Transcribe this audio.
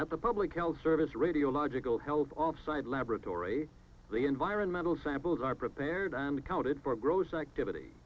at the public health service radiological held off site laboratory the environmental samples are prepared and counted for gross activity